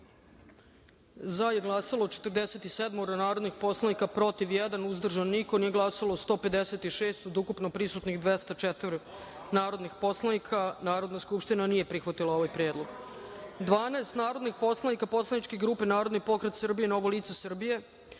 za je glasalo 47 narodnih poslanika, protiv – jedan, uzdržan – niko, nije glasalo 156 od ukupno prisutno 204 narodna poslanika. Narodna skupština nije prihvatila ovaj predlog. Dvanaest narodnih poslanika Poslaničke grupe Narodni pokret Srbije – Novo lice Srbije